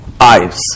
eyes